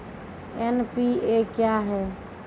NPA क्या हैं?